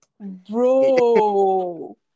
bro